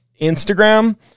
Instagram